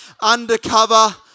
undercover